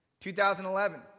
2011